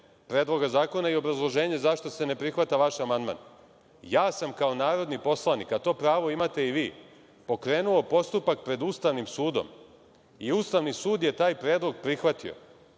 Predloga zakona i obrazloženje zašto se ne prihvata vaš amandman, ja sam kao narodni poslanik, a to pravo imate i vi, pokrenuo postupak pred Ustavnim sudom i Ustavni sud je taj predlog prihvatio.